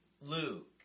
Luke